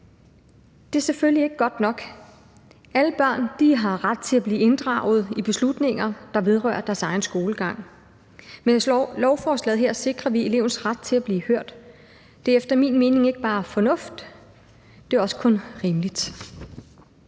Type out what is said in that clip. Det er selvfølgelig ikke godt nok. Alle børn har ret til at blive inddraget i beslutninger, der vedrører deres egen skolegang, og med lovforslaget her sikrer vi elevens ret til at blive hørt. Det er efter min mening ikke bare fornuftigt, det er også kun rimeligt.